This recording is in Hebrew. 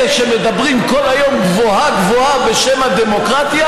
אלה שמדברים כל היום גבוהה-גבוהה בשם הדמוקרטיה,